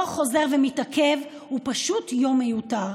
לא חוזר ומתעכב, הוא פשוט יום מיותר.